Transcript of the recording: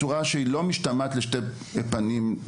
בצורה שלא משתמעת לשתי פנים,